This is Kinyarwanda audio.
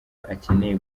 akeneye